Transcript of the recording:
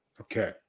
Okay